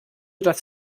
das